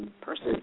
person